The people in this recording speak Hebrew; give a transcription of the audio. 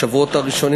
בשבועות הראשונים,